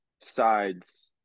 sides